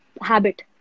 habit